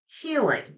healing